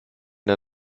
der